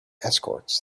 escorts